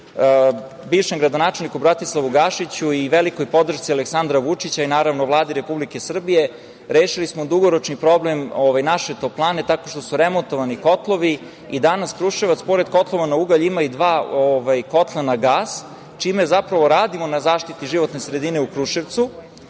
bivšem gradonačelniku Bratislavu Gašiću i velikoj podršci Aleksandra Vučića i naravno, Vladi Republike Srbije, rešili smo dugoročni problem naše toplane, tako što su remontovani kotlovi i danas Kruševac, pored kotlova na ugalj, ima i dva kotla na gas, čime zapravo radimo na zaštiti životne sredine u Kruševcu,